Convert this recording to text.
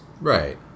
Right